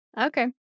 Okay